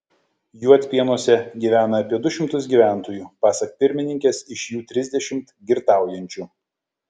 juodpėnuose gyvena apie du šimtus gyventojų pasak pirmininkės iš jų trisdešimt girtaujančių